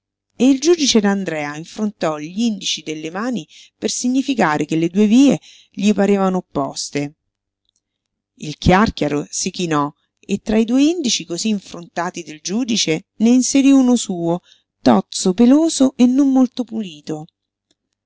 e il giudice d'andrea infrontò gl'indici delle mani per significare che le due vie gli parevano opposte il chiàrchiaro si chinò e tra i due indici cosí infrontati del giudice ne inserí uno suo tozzo peloso e non molto pulito